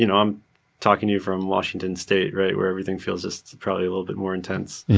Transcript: you know i'm talking to you from washington state, right, where everything feels just probably a little bit more intense